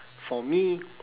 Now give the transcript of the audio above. for me